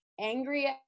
angry